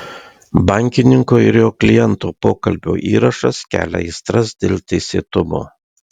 bankininko ir jo kliento pokalbio įrašas kelia aistras dėl teisėtumo